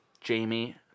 Jamie